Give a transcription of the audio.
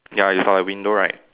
ya it's for the window right